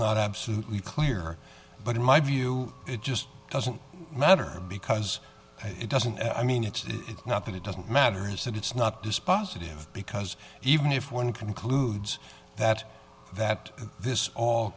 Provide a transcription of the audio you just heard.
not absolutely clear but in my view it just doesn't matter because it doesn't i mean it's not that it doesn't matter is that it's not dispositive because even if one concludes that that this all